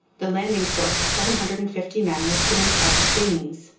the landing force of seven hundred and fifty men was put in charge of baynes,